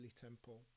temple